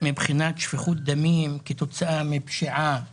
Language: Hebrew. מבחינת שפיכות דמים כתוצאה מפשיעה ואלימות,